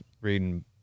reading